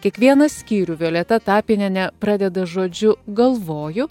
kiekvieną skyrių violeta tapinienė pradeda žodžiu galvoju